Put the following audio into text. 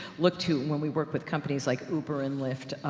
look to when we work with companies like uber and lyft,